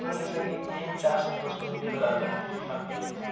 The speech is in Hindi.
भाई जैसा की यही उपचार सब दोस्तों के लिए बताते हैं बाकी